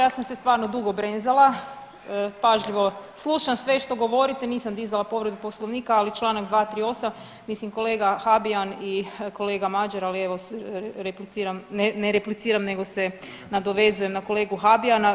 Ja sam se stvarno dugo brenzala pažljivo slušam sve što govorite, nisam dizala povredu poslovnika, ali čl. 238. mislim kolega Habijan i kolega Mađar ali evo repliciram, ne repliciram nego se nadovezujem na kolegu Habijana.